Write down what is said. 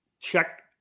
check